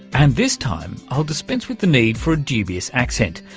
and this time i'll dispense with the need for a dubious accent.